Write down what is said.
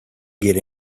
get